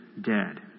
dead